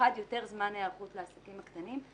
האחד, יותר זמן היערכות לעסקים הקטנים.